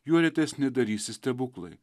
juo retesni darysis stebuklai